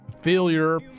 failure